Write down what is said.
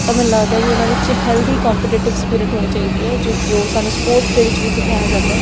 ਤਾਂ ਮੈਨੂੰ ਲੱਗਦਾ ਵੀ ਉਹਨਾਂ ਵਿੱਚ ਹੈਲਦੀ ਕੋਂਪੀਟੇਟਿਵ ਸਪਿਰਿਟ ਹੋਣੀ ਚਾਹੀਦੀ ਹੈ ਜੋ ਸਾਨੂੰ ਸਪੋਰਟਸ ਦੇ ਵਿੱਚ ਵੀ ਸਿਖਾਇਆ ਜਾਂਦਾ ਹੈ